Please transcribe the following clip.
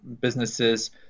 businesses